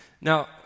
Now